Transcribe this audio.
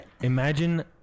imagine